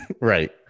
Right